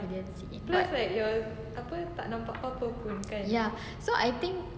didn't see it but ya so I think